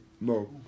No